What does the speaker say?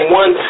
one